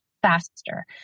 faster